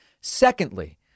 Secondly